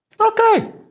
Okay